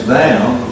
down